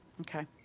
Okay